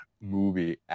movie